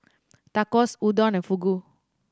Tacos Udon and Fugu